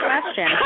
question